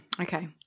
Okay